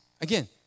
again